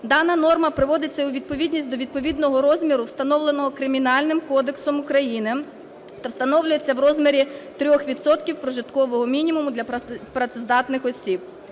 Дана норма приводиться у відповідність до відповідного розміру, встановленого Кримінальним кодексом України, та встановлюється в розмірі 3 відсотків прожиткового мінімуму для працездатних осіб.